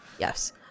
Yes